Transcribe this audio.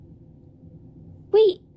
Wait